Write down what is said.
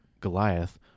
Goliath